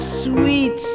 sweet